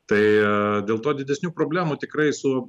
tai dėl to didesnių problemų tikrai su